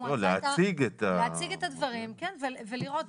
להציג את הדברים ולראות.